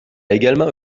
également